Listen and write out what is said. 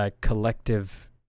collective